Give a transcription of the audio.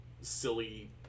silly